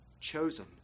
chosen